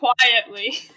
quietly